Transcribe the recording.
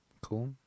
cool